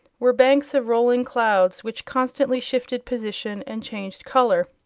were banks of rolling clouds which constantly shifted position and changed color.